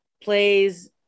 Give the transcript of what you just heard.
plays